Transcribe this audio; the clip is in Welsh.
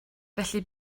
felly